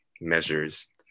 measures